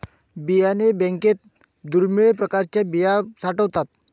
बियाणे बँकेत दुर्मिळ प्रकारच्या बिया साठवतात